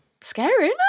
Scary